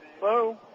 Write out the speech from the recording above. Hello